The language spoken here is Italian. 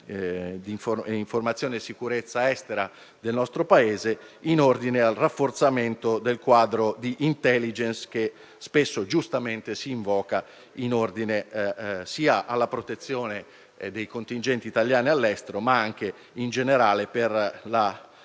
di informazione e sicurezza estera del nostro Paese per il rafforzamento del quadro di *intelligence*, che spesso giustamente si invoca in ordine sia alla protezione dei contingenti italiani all'estero, sia in generale per la